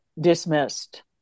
dismissed